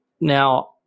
Now